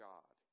God